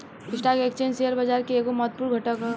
stock exchange share बाजार के एगो महत्वपूर्ण घटक ह